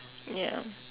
ya